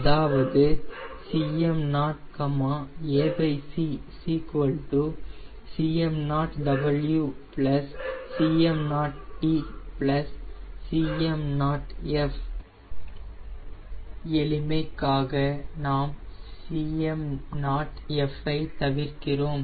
அதாவது Cm0 ac Cm0W Cm0t Cm0f எளிமைக்காக நாம் Cm0f ஐ தவிர்க்கிறோம்